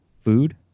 food